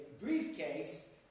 briefcase